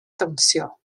dawnsio